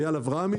אייל אברהמי